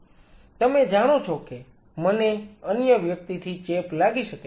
તમે જાણો છો કે મને અન્ય વ્યક્તિથી ચેપ લાગી શકે છે